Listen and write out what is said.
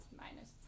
minus